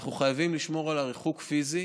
אנחנו חייבים לשמור על ריחוק פיזי.